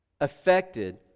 affected